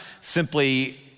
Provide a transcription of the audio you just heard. simply